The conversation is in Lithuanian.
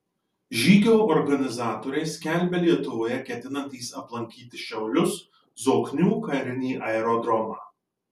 žygio organizatoriai skelbia lietuvoje ketinantys aplankyti šiaulius zoknių karinį aerodromą